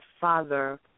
father